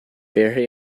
very